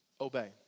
obey